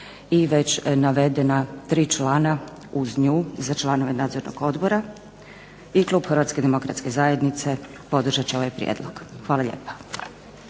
i već navedena tri člana uz nju za članove nadzornog odbora. Klub HDZ-a podržat će ovaj prijedlog. Hvala lijepa.